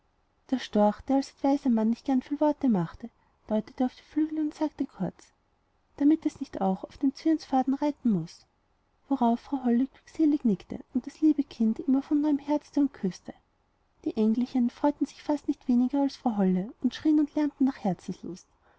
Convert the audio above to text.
der storch der als ein weiser mann nicht gern viel worte machte deutete auf die flügel und sagte kurz damit es nicht auch auf dem zwirnsfaden reiten muß worauf frau holle glückselig nickte und das liebe kind immer wieder von neuem herzte und küßte die engelchen freuten sich fast nicht weniger als frau holle und schrien und lärmten nach herzenslust